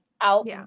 out